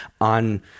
on